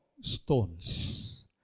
stones